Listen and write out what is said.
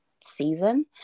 season